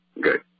good